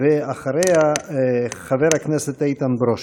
אחריה, חבר הכנסת איתן ברושי.